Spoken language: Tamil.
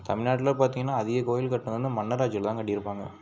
தமிழ்நாட்டில் பார்த்திங்கனா அதிக கோவில் கட்டினது வந்து மன்னராட்சியில் தான் கட்டியிருப்பாங்க